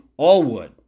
Allwood